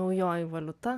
naujoji valiuta